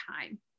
time